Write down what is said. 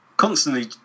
constantly